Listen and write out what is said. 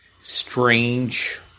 strange